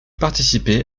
participer